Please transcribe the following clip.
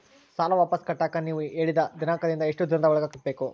ಸಾಲ ವಾಪಸ್ ಕಟ್ಟಕ ನೇವು ಹೇಳಿದ ದಿನಾಂಕದಿಂದ ಎಷ್ಟು ದಿನದೊಳಗ ಕಟ್ಟಬೇಕು?